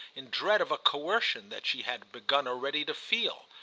in dread of a coercion that she had begun already to feel.